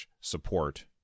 support